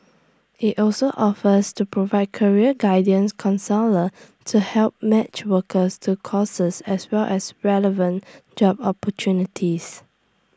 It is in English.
IT also offers to provide career guidance counsellor to help match workers to courses as well as relevant job opportunities